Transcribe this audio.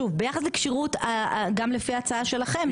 שוב ביחס לכשירות גם לפי ההצעה שלכם,